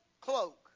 cloak